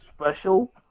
special